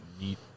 neat